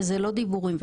וזה לא דיבורים וקלישאות.